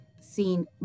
seen